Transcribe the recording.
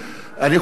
אני חושב,